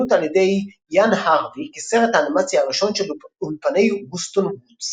על ידי יאן הארווי כסרט האנימציה הראשון של אולפני ווסטון וודס.